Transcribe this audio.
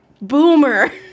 boomer